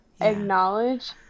acknowledge